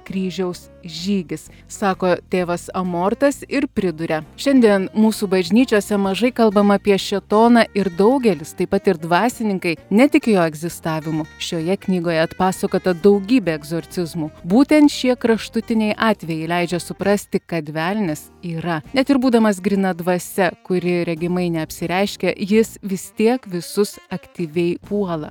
kryžiaus žygis sako tėvas emortas ir priduria šiandien mūsų bažnyčiose mažai kalbama apie šėtoną ir daugelis taip pat ir dvasininkai netiki jo egzistavimu šioje knygoje atpasakota daugybė egzorcizmų būtent šie kraštutiniai atvejai leidžia suprasti kad velnias yra net ir būdamas gryna dvasia kuri regimai neapsireiškia jis vis tiek visus aktyviai puola